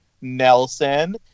Nelson